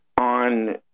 on